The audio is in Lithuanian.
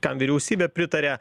kam vyriausybė pritaria